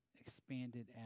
expanded